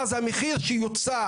עכשיו, אנחנו מודעים בעצם שיש דוח מסוים